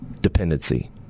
dependency